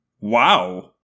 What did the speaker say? Wow